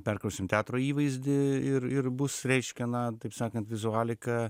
perkrausim teatro įvaizdį ir ir bus reiškia na taip sakant vizualika